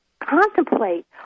contemplate